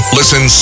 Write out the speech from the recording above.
listen